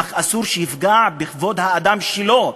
אך אסור שיפגע בכבוד האדם שלו.